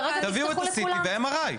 תביאו את ה-CT ואת ה-MRI.